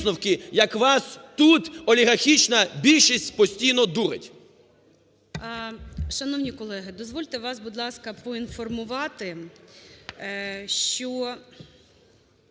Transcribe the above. як вас тут олігархічна більшість постійно дурить.